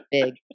big